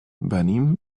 venim